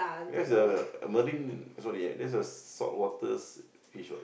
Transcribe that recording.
that's a a marine sorry that's the saltwater s~ fish s~ what